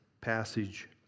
passage